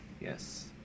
Yes